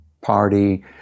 party